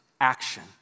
action